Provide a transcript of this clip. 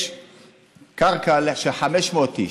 יש קרקע של 500 איש,